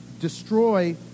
destroy